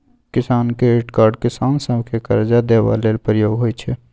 किसान credit card किसान सभकेँ करजा देबा लेल प्रयोग होइ छै